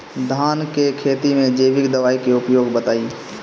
धान के खेती में जैविक दवाई के उपयोग बताइए?